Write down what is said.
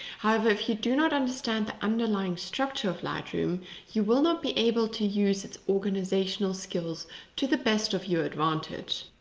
however, if you do not understand the underlying structure of lightroom you will not be able to use its organizational skills to the best of your advantage.